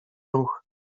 ruch